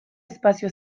espazio